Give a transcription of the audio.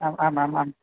आम् आम् आम् आम्